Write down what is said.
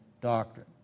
doctrine